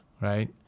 right